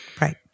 Right